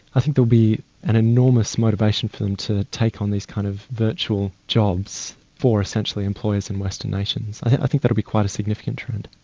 i think there will be an enormous motivation for them to take on these kind of virtual jobs for essentially employers in western nations. i think that will be quite a significant trend.